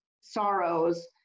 sorrows